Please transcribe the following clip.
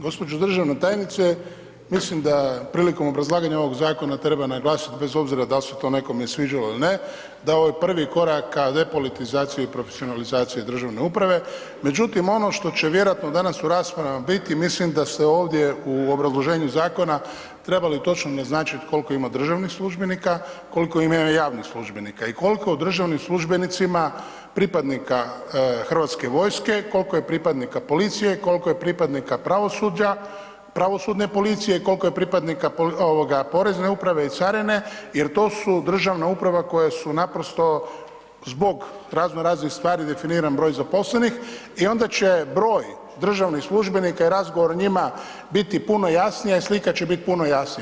Gđo. državna tajnice, mislim da prilikom obrazlaganja ovog zakon treba naglasiti bez obzira dal se to nekome sviđalo ili ne, da je ovo prvi korak ka depolitizaciji u profesionalizaciji državne uprave međutim ono što će vjerojatno danas u raspravama biti, mislim da ste ovdje u obrazloženju zakona trebali točno naznačiti koliko ima državnih službenika, koliko ima javnih službenika i koliko državnim službenicima, pripadnika HV-a, koliko je pripadnika policije, koliko je pripadnika pravosuđa, pravosudne policije, koliko je pripadnika porezne uprave i carine jer to su državne uprave koje su naprosto zbog raznoraznih stvari definiran broj zaposlenih i onda će broj državnih službenika i razgovor o njima biti puno jasniji a i slika će biti puno jasnija.